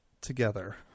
together